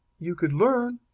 you could learn.